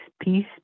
peace